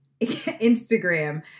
Instagram